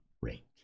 rate